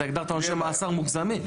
אבל אתה הגדרת עונשי מאסר מוגזמים.